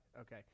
Okay